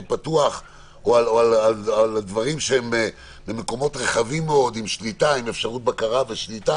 פתוח או על מקומות רחבים שבהם יש אפשרות בקרה ושליטה,